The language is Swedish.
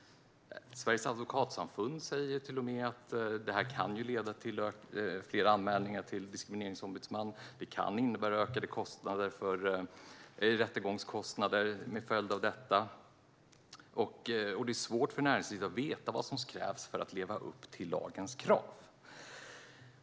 Sveriges advokatsamfund säger till och med att detta kan leda till fler anmälningar till Diskrimineringsombudsmannen, vilket kan innebära ökade rättegångskostnader. Det är svårt för näringslivet att veta vad som krävs för att leva upp till lagens krav.